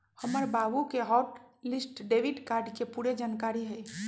हमर बाबु के हॉट लिस्ट डेबिट के पूरे जनकारी हइ